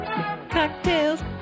Cocktails